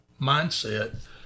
mindset